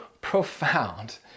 profound